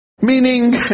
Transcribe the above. Meaning